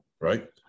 right